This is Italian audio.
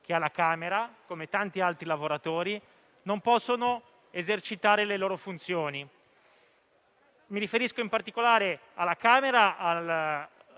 che alla Camera, come tanti altri lavoratori, non possono esercitare le loro funzioni. Mi riferisco in particolare, alla Camera,